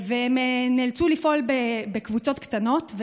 והם נאלצו לפעול בקבוצות קטנות.